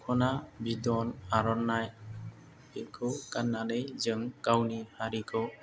दख'ना बिदन आर'नाय बेखौ गाननानै जों गावनि हारिखौ